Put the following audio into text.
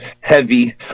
heavy